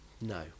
No